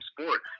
sport